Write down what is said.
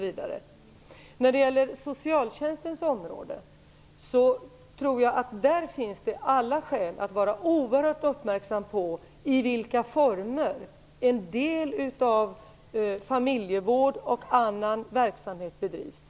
Vad avser socialtjänstens område tror jag att man har alla skäl att vara oerhört uppmärksam på i vilka former en del av familjevård och annan verksamhet bedrivs.